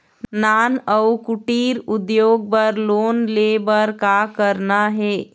नान अउ कुटीर उद्योग बर लोन ले बर का करना हे?